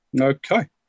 Okay